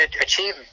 achieve